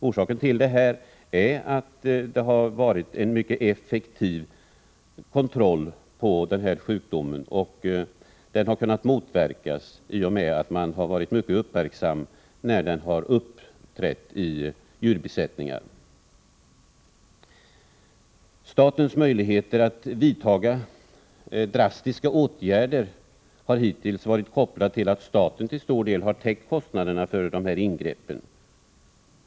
Orsaken till detta är att det har varit en mycket effektiv kontroll beträffande denna sjukdom. Den har kunnat motverkas i och med att man varit mycket uppmärksam på när den uppträtt i djurbesättningar. Statens möjligheter att vidta drastiska åtgärder har hittills varit kopplade till att staten till stor del har täckt kostnaderna för ingreppen.